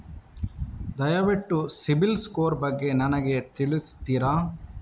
ದಯವಿಟ್ಟು CIBIL score ಬಗ್ಗೆ ನನಗೆ ತಿಳಿಸ್ತಿರಾ?